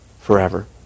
forever